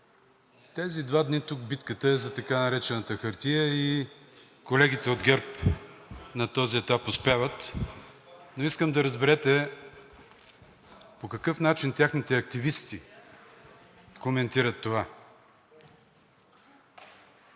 Тези два дни тук битката е за така наречената хартия и колегите от ГЕРБ на този етап успяват. Но искам да разберете по какъв начин техните активисти коментират това.